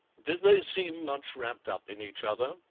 did they seem much wrapped up in each other?